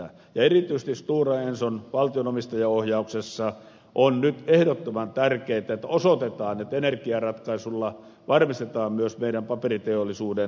erityisesti stora enson valtio omistajaohjauksessa on nyt ehdottoman tärkeätä että osoitetaan että energiaratkaisulla varmistetaan myös meidän paperiteollisuutemme toiminta